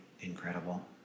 incredible